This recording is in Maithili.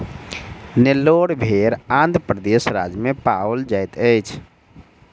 नेल्लोर भेड़ आंध्र प्रदेश राज्य में पाओल जाइत अछि